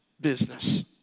business